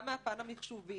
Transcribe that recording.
גם מהפן המחשובי,